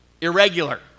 irregular